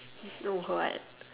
then what